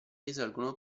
risalgono